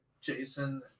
Jason